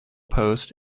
post